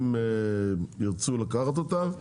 אם ירצו לקחת אותם.